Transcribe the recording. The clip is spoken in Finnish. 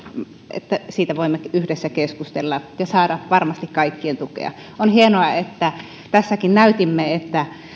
että siitä voimme yhdessä keskustella ja saada varmasti kaikkien tukea on hienoa että tässäkin näytimme että